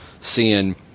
seeing